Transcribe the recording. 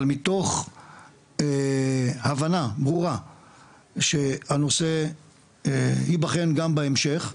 אבל מתוך הבנה ברורה שהנושא ייבחן גם בהמשך,